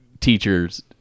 teachers